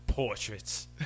Portraits